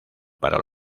para